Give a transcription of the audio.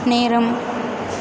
நேரம்